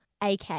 AK